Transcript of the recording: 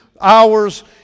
hours